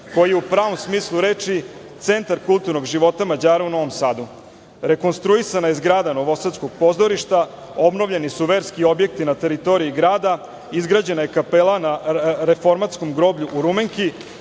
koji u pravom smislu reči centar kulturnog života Mađara u Novom Sadu. Rekonstruisana je zgrada novosadskog pozorišta, obnovljeni su verski objekti na teritoriji grada, izgrađena je kapela na Reformatskom groblju u Rumenki,